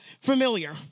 familiar